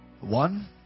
One